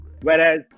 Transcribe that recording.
whereas